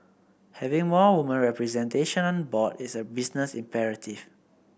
having more woman representation on board is a business imperative